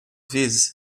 vezes